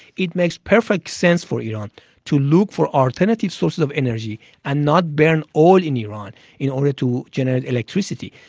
it makes perfect sense for iran to look for alternative sources of energy and not burn oil in iran in order to generate electricity.